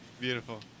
Beautiful